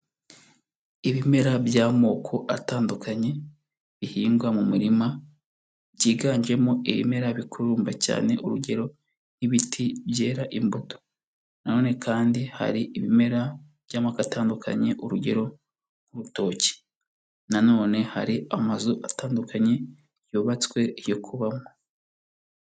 Ibimera by'amoko atandukanye bihingwa mu murima, byiganjemo ibimera bikururumba cyane, urugero ibiti byera imbuto; nanone kandi, hari ibimera by'amako atandukanye urugero urutoki, nanone hari amazu atandukanye yubatswe yo kubamo.